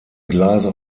gleise